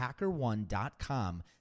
hackerone.com